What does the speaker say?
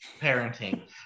Parenting